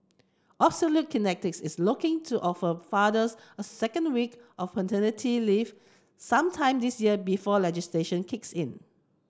Absolute Kinetics is looking to offer fathers a second week of paternity leave sometime this year before legislation kicks in